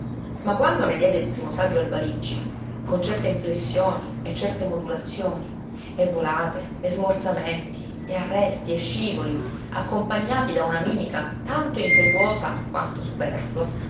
ma quando ne diede il primo saggio al balicci con certe inflessioni e certe modulazioni e volate e smorzamenti e arresti e scivoli accompagnati da una mimica tanto impetuosa quanto superflua